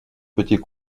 petit